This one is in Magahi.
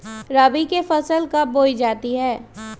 रबी की फसल कब बोई जाती है?